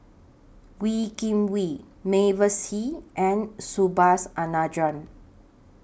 Wee Kim Wee Mavis Hee and Subhas Anandan